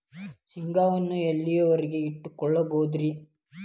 ಶೇಂಗಾವನ್ನು ಎಲ್ಲಿಯವರೆಗೂ ಇಟ್ಟು ಕೊಳ್ಳಬಹುದು ರೇ?